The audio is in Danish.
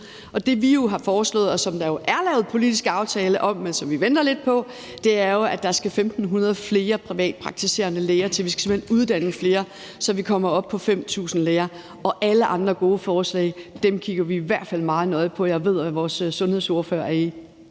Det, vi har foreslået, og som der jo er lavet en politisk aftale om, men som vi venter lidt på, er, at der skal 1.500 flere privatpraktiserende læger til. Vi skal simpelt hen uddanne flere, så vi kommer op på 5.000 læger. Og alle andre gode forslag kigger vi i hvert fald meget nøje på. Jeg ved, at vores sundhedsordfører